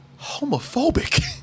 homophobic